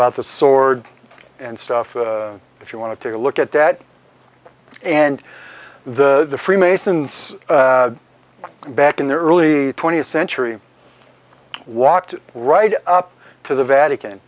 about the sword and stuff if you want to take a look at that and the freemasons back in the early twentieth century walked right up to the vatican